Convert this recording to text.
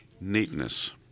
Neatness